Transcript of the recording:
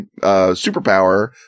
superpower